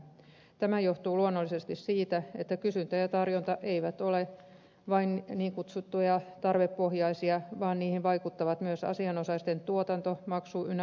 tämä johtuu luonnollisesti siitä että kysyntä ja tarjonta eivät ole vain niin kutsutusti tarvepohjaisia vaan niihin vaikuttavat myös asianosaisten tuotanto maksu ynnä muuta